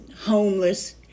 homeless